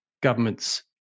governments